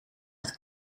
het